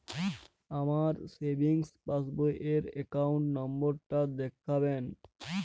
আমার সেভিংস পাসবই র অ্যাকাউন্ট নাম্বার টা দেখাবেন?